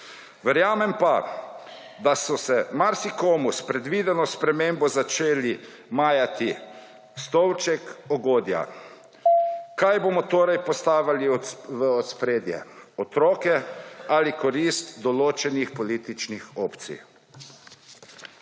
11.00** (nadaljevanje) predvideno spremembo začeli majati stolček ugodja. Kaj bomo torej postavili v ospredje? Otroke ali koristi določenih političnih opcij?